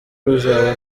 ruzaba